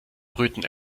brüten